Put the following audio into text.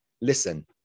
listen